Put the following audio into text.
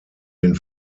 den